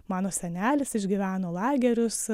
mano senelis išgyveno lagerius